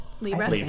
Libra